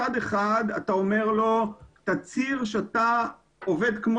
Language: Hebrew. מצד אחד אתה אומר לו תצהיר שאתה עובד כמו